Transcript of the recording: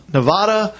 Nevada